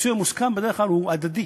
הפיצוי המוסכם בדרך כלל הוא הדדי.